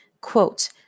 Quote